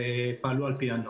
והם פעלו על פי הנוהל.